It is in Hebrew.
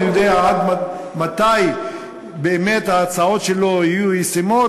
ואני יודע מתי באמת ההצעות שלו יהיו ישימות.